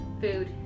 food